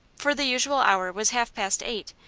for the usual hour was half-past eight,